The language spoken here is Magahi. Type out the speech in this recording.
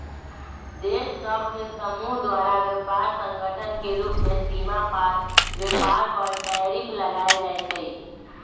देश सभ के समूह द्वारा व्यापार संगठन के रूप में सीमा पार व्यापार पर टैरिफ लगायल जाइ छइ